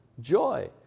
joy